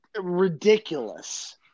ridiculous